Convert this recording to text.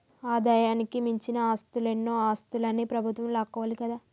ఆదాయానికి మించిన ఆస్తులన్నో ఆస్తులన్ని ప్రభుత్వం లాక్కోవాలి కదా